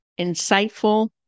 insightful